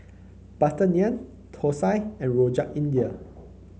butter naan thosai and Rojak India